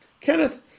Kenneth